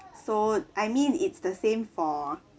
so I mean it's the same for